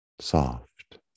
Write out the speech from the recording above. soft